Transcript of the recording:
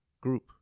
group